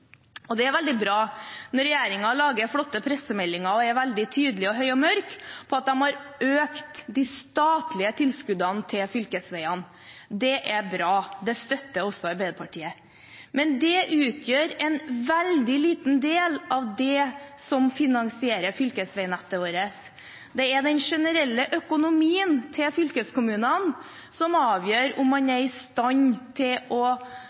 Det er veldig bra når regjeringen lager flotte pressemeldinger og er veldig tydelig og høy og mørk på at de har økt de statlige tilskuddene til fylkesveiene. Det er bra, og det støtter også Arbeiderpartiet, men det utgjør en veldig liten del av det som finansierer fylkesveinettet vårt. Det er den generelle økonomien til fylkeskommunen som avgjør om man er i stand til å